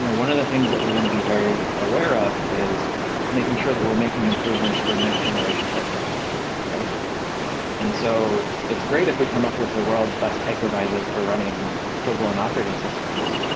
you know one of the things that we want to be very aware of is making sure there we're making improvements for next generation workloads too. and so it's great if we come up with the world's best hypervisor for running full-blown operating systems,